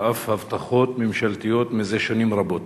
ועל אף הבטחות ממשלתיות מזה שנים רבות